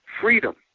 Freedom